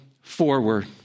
forward